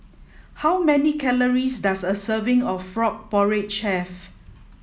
how many calories does a serving of frog porridge have